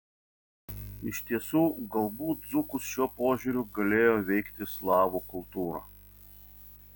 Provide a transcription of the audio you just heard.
iš tiesų galbūt dzūkus šiuo požiūriu galėjo veikti slavų kultūra